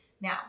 Now